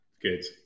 Good